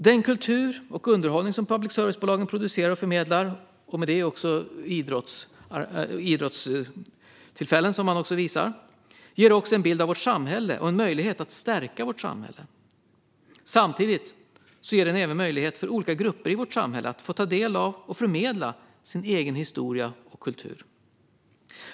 Den kultur och underhållning som public service-bolagen producerar och förmedlar - det gäller också idrottshändelser - ger också en bild av vårt samhälle och en möjlighet att stärka vårt samhälle. Den ger även möjlighet för olika grupper i vårt samhälle att ta del av och förmedla sin egen historia och kultur.